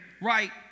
right